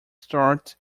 start